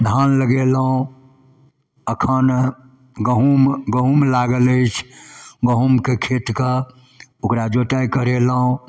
धान लगेलहुँ एखन गहूम गहूम लागल अछि गहूमके खेतके ओकरा जोताइ करेलहुँ